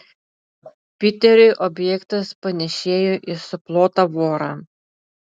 piteriui objektas panėšėjo į suplotą vorą